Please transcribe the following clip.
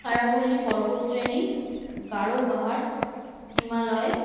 আরাবল্লী পর্বতশ্রেণী গারো পাহাড় হিমালয়